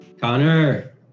Connor